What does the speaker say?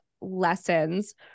lessons